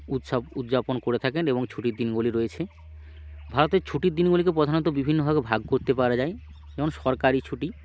উৎসব উদযাপন করে থাকে এবং ছুটির দিনগুলি রয়েছে ভারতের ছুটির দিনগুলিকে প্রধানত বিভিন্ন ভাগে ভাগ করতে পারা যায় যেমন সরকারি ছুটি